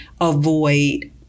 avoid